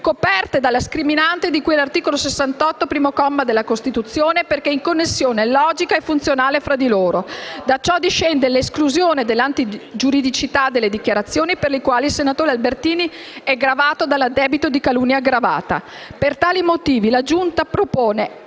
coperte dalla scriminante di cui all'articolo 68, primo comma, della Costituzione, perché in connessione logica e funzionale fra di loro. Da ciò discende l'esclusione dell'antigiuridicità delle dichiarazioni per le quali il senatore Albertini è gravato dell'addebito di calunnia aggravata. Per tali motivi, la Giunta propone,